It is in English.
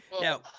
Now